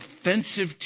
offensive